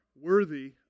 worthy